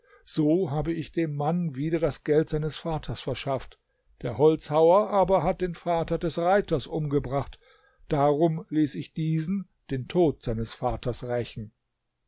so habe ich dem mann wieder das geld seines vaters verschafft der holzhauer aber hat den vater des reiters umgebracht darum ließ ich diesen den tod seines vaters rächen